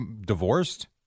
divorced